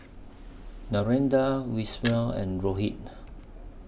Narendra Vishal and Rohit